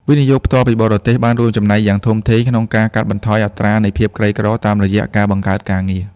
វិនិយោគផ្ទាល់ពីបរទេស បានរួមចំណែកយ៉ាងធំធេងក្នុងការកាត់បន្ថយអត្រានៃភាពក្រីក្រតាមរយៈការបង្កើតការងារ។